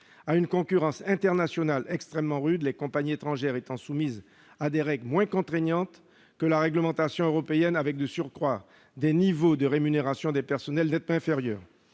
à une concurrence internationale extrêmement rude, les compagnies étrangères étant soumises à des règles moins contraignantes que la réglementation européenne, avec, de surcroît, des niveaux de rémunération nettement inférieurs.